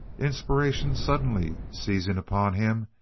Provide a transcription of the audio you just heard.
inspiration suddenly seizing upon him,